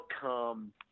come